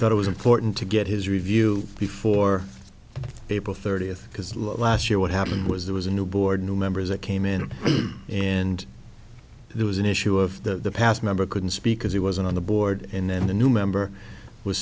thought it was important to get his review before april thirtieth because last year what happened was there was a new board members that came in and there was an issue of the past member couldn't speak as he wasn't on the board and then the new member was